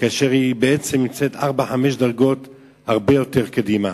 כאשר היא בעצם נמצאת 4 5 דרגות הרבה יותר קדימה.